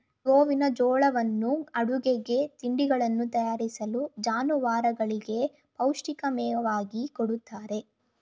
ಗೋವಿನಜೋಳವನ್ನು ಅಡುಗೆಗೆ, ತಿಂಡಿಗಳನ್ನು ತಯಾರಿಸಲು, ಜಾನುವಾರುಗಳಿಗೆ ಪೌಷ್ಟಿಕ ಮೇವಾಗಿ ಕೊಡುತ್ತಾರೆ